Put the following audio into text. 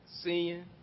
Seeing